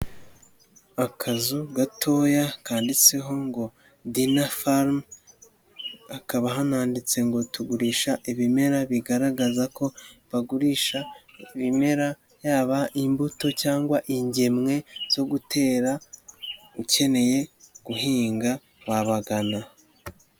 Akazu gatoya kanditseho ngo dina farumu hakaba hananditse ngo tugurisha ibimera bigaragaza ko bagurisha ibimera yaba imbuto cyangwa ingemwe zo gutera ukeneye guhinga wabagana.